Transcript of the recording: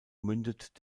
mündet